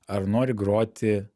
ar nori groti